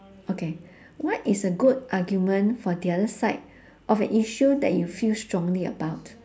okay what is a good argument for the other side of an issue that you feel strongly about